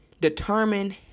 determine